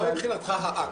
מה מבחינתך האקט?